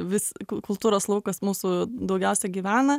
vis kultūros laukas mūsų daugiausia gyvena